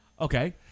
Okay